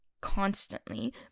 constantly